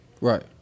Right